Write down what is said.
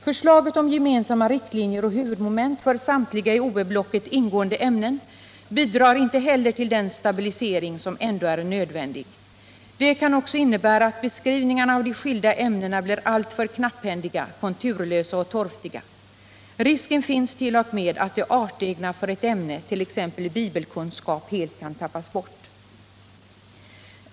Förslaget om gemensamma riktlinjer och huvudmoment för samtliga i OÄ-blocket ingående ämnen bidrar inte heller till den stabilisering som ändå är nödvändig. Det kan också innebära att beskrivningarna av de skilda ämnena blir alltför knapphändiga, konturlösa och torftiga. Risken finns t.o.m. att det artegna för ett ämne, t.ex. bibelkunskap, helt kan tappas bort.